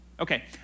Okay